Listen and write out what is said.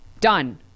done